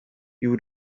you